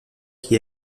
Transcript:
qui